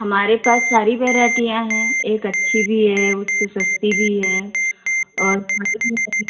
हमारे पास सारी वैरायटियाँ है एक अच्छी भी है उससे सस्ती भी है और